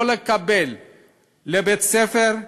לא לקבל לבית-ספר,